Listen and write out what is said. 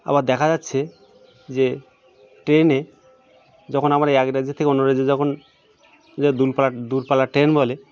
আবার দেখা যাচ্ছে যে ট্রেনে যখন আমার এক রাজ্যের থেকে অন্য রাজ্যে যখন দূরপালা দূরপাল্লার ট্রেন বলে